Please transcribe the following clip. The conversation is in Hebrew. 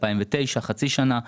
חצי שנה ב-2009,